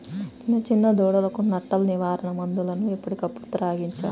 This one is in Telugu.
చిన్న చిన్న దూడలకు నట్టల నివారణ మందులను ఎప్పటికప్పుడు త్రాగించాలి